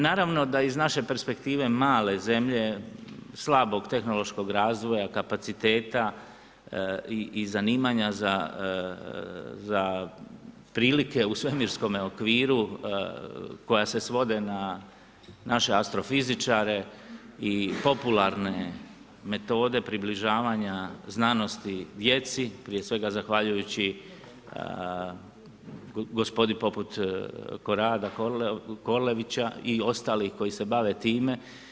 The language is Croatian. Naravno da iz naše perspektive male zemlje slabog tehnološkog razvoja, kapaciteta i zanimanja za prilike u svemirskome okviru koja se svode na naše astrofizičare i popularne metode približavanja znanosti djeci, prije svega zahvaljujući gospodi poput Korada Korlavića i ostalih koji se bave time.